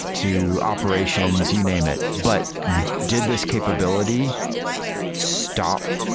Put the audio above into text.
to operations, you name it, but did this capability stop